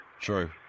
true